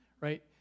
right